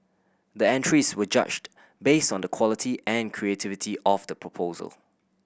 the entries were judged based on the quality and creativity of the proposal